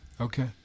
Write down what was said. Okay